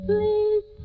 Please